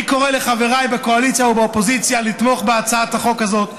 אני קורא לחבריי בקואליציה ובאופוזיציה לתמוך בהצעת החוק הזו.